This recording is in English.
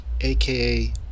aka